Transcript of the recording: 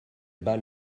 bat